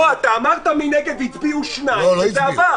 לא, אתה אמרת מי נגד והצביעו שניים וזה עבר.